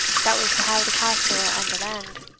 that was to have the castle and the land.